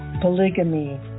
polygamy